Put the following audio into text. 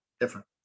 different